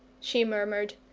she murmured.